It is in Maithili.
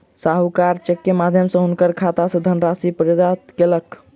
साहूकार चेक के माध्यम सॅ हुनकर खाता सॅ धनराशि प्रत्याहृत कयलक